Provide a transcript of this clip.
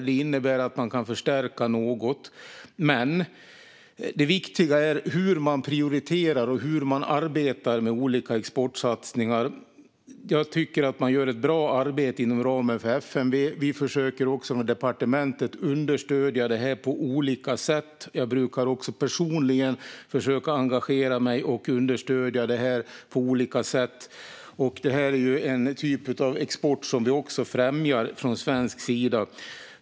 Det innebär att man kan förstärka en del, men det viktiga är hur man prioriterar och hur man arbetar med olika exportsatsningar. Jag tycker att man gör ett bra arbete inom ramen för FMV. Vi försöker också från departementet att understödja detta på olika sätt. Jag brukar också personligen försöka engagera mig och understödja det på olika sätt. Detta är ju en typ av export som vi främjar från svensk sida.